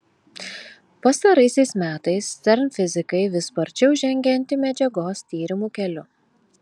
pastaraisiais metais cern fizikai vis sparčiau žengia antimedžiagos tyrimų keliu